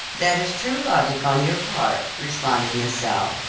that is true logic on your part, responded miss south,